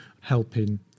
helping